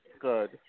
Good